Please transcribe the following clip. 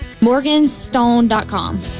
Morganstone.com